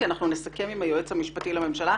כי אנחנו נסכם עם היועץ המשפטי לממשלה.